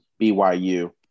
BYU